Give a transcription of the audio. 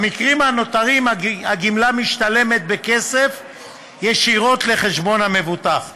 במקרים הנותרים הגמלה משתלמת בכסף ישירות לחשבון המבוטח.